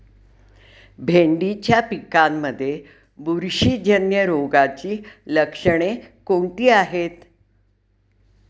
भेंडीच्या पिकांमध्ये बुरशीजन्य रोगाची लक्षणे कोणती आहेत?